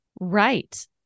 Right